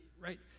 right